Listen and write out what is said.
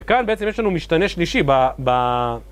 כאן בעצם יש לנו משתנה שלישי ב...